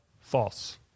false